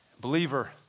Believer